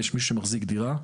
יהיה מישהו שמחזיק דירה,